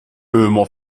ömer